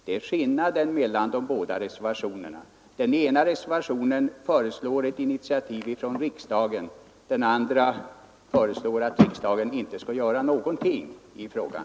Det är skillnaden mellan de båda reservationerna: den ena föreslår ett initiativ från riksdagen, den andra föreslår att riksdagen inte skall göra någonting i frågan.